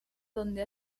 donde